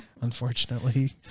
Unfortunately